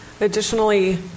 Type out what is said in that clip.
Additionally